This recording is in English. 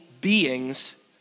beings